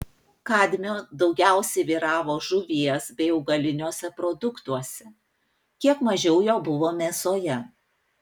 kadmio daugiausiai vyravo žuvies bei augaliniuose produktuose kiek mažiau jo buvo mėsoje